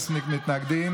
מי נגד?